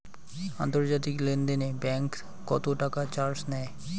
আন্তর্জাতিক লেনদেনে ব্যাংক কত টাকা চার্জ নেয়?